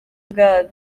bwami